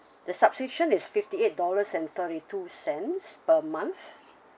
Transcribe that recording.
the subscription is fifty eight dollars and thirty two cents per month